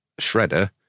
Shredder